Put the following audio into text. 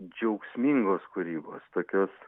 džiaugsmingos kūrybos tokios